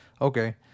okay